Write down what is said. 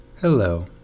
Hello